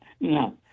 No